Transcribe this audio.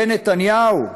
זה נתניהו?